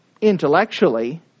intellectually